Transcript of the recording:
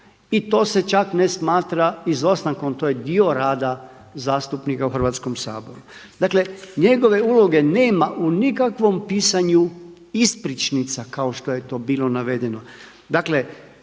I to se čak ne smatra izostankom, to je dio rada zastupnika u Hrvatskom saboru. Dakle njegove uloge nema u nikakvom pisanju ispričnica kao što je to bilo navedeno. Dakle,